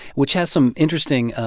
which has some interesting